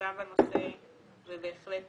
חשיבה בנושא ובהחלט